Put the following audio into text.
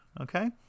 Okay